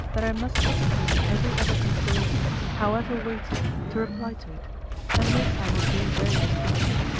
that i must postpone every other consideration, however weighty, to reply to it and this i will do very distinctly,